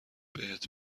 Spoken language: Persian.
بهت